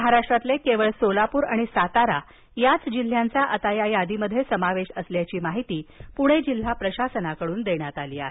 महाराष्ट्रातील केवळ सोलापूर आणि सातारा जिल्ह्यांचा आता या यादीत समावेश असल्याची माहिती पुणे जिल्हा प्रशासनाकडून देण्यात आली आहे